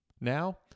Now